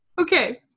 Okay